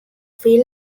free